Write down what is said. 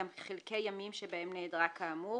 גם חלקי ימים שבהם נעדרה כאמור.